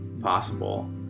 possible